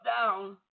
down